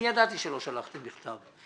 אני ידעתי שלא שלחתם מכתב.